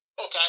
Okay